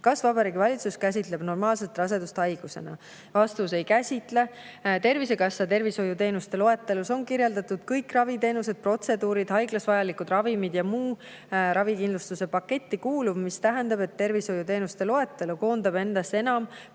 Kas Vabariigi Valitsus käsitleb normaalset rasedust haigusena?" Vastus: ei käsitle. Tervisekassa tervishoiuteenuste loetelus on kirjas kõik raviteenused, protseduurid, haiglas vajalikud ravimid ja muu ravikindlustuse paketti kuuluv, mis tähendab, et tervishoiuteenuste loetelu [hõlmab muudki], mitte